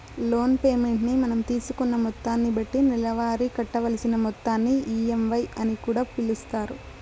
loan payment ని మనం తీసుకున్న మొత్తాన్ని బట్టి నెలవారీ కట్టవలసిన మొత్తాన్ని ఈ.ఎం.ఐ అని కూడా పిలుస్తారు